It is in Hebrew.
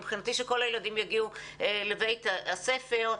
מבחינתי שכל הילדים יגיעו לבית הספר,